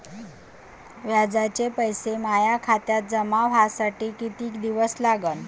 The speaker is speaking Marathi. व्याजाचे पैसे माया खात्यात जमा व्हासाठी कितीक दिवस लागन?